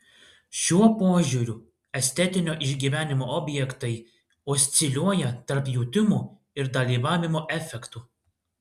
šiuo požiūriu estetinio išgyvenimo objektai osciliuoja tarp jutimų ir dalyvavimo efektų